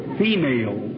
female